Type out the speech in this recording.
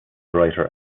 writer